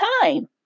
time